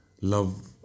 love